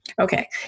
okay